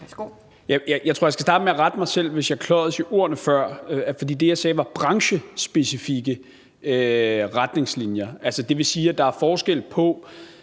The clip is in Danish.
Jeg tror, jeg skal starte med at rette mig selv, hvis jeg kløjedes i ordene, for det, jeg sagde før, var branchespecifikke retningslinjer. Det vil sige, at der er forskel på,